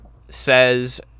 says